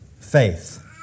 faith